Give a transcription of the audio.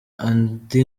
indi